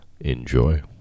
enjoy